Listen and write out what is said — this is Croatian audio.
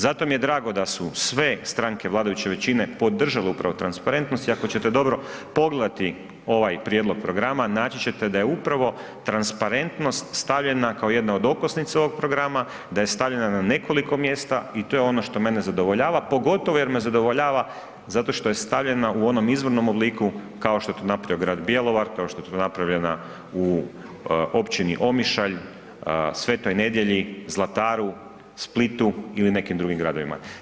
Zato mi je drago da su sve stranke vladajuće većine podržale upravo transparentnost i ako ćete dobro pogledati ovaj prijedlog programa naći ćete da je upravo transparentnost stavljena kao jedna od okosnica ovog programa, da je stavljena na nekoliko mjesta i to je ono što mene zadovoljava, pogotovo jer me zadovoljava zato što je stavljena u onom izvornom obliku kao što je to napravio grad Bjelovar, kao što je to napravljena u općini Omišalj, Svetoj Nedelji, Zlataru, Splitu ili nekim drugim gradovima.